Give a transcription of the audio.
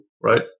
right